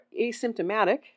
asymptomatic